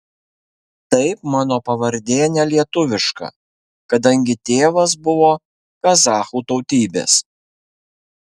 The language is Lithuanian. taip mano pavardė ne lietuviška kadangi tėvas buvo kazachų tautybės